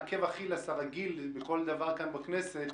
עקב אכילס הרגיל בכל דבר כאן בכנסת,